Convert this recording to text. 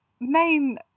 main